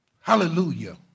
hallelujah